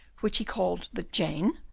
which he called the jane,